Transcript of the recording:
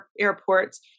airports